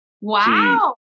Wow